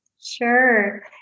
Sure